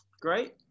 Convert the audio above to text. Great